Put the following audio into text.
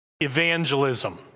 evangelism